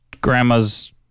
grandma's